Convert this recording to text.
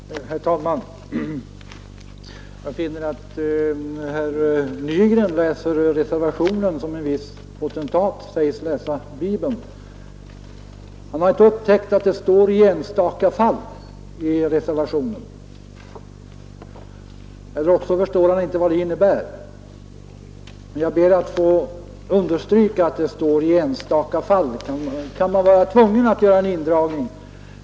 Herr talman! Jag finner att herr Nygren läser reservationen som en viss potentat sägs läsa Bibeln. Han har inte upptäckt att det står ”i enstaka fall” i reservationen, eller också förstår han inte vad det innebär. Men jag ber att få understryka att det står att man ”i enstaka fall” kan vara tvungen att göra en indragning.